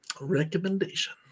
recommendation